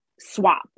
swap